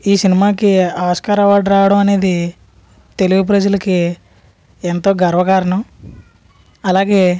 ఈ సినిమాకి Oscar award రావడం అనేది తెలుగు ప్రజలకి ఎంతో గర్వకారణం అలాగే